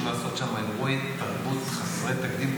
לעשות שם אירועי תרבות חסרי תקדים,